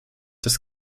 das